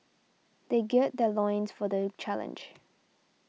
they gird their loins for the challenge